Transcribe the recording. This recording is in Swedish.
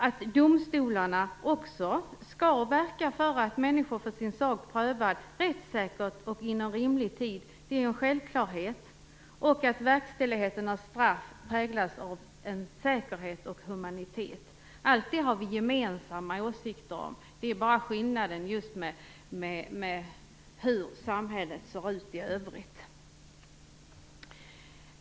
Att domstolarna också skall verka för att människor får sin sak prövad rättssäkert och inom rimlig tid är en självklarhet, samt att verkställigheten av straff präglas av en säkerhet och humanitet. Allt det har vi gemensamma åsikter om. Skillnaden gäller hur samhället ser ut i övrigt.